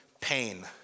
pain